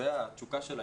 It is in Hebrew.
זה התשוקה שלהם,